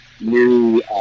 new